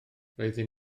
roedden